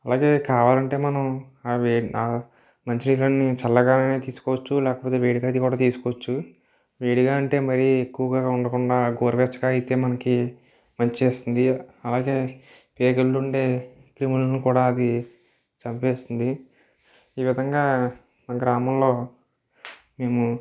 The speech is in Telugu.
అలాగే కావాలంటే మనం వేడి ఆ మంచినీళ్ళని చల్లగా అయినా తీసుకోవచ్చు లేకపోతే వేడిగా అది తీసుకోవచ్చు వేడిగా అంటే మరీ ఎక్కువగా ఉండకుండా గోరువెచ్చగా అయితే మనకి మంచి చేస్తుంది అలాగే పేగులలో నుండి క్రిములను కూడా అది చంపేస్తుంది ఈ విధంగా మా గ్రామంలో